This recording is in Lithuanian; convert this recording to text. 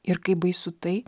ir kaip baisu tai